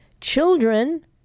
children